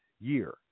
year